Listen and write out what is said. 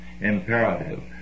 imperative